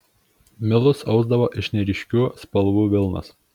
milus ausdavo iš neryškių spalvų vilnos